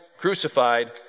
crucified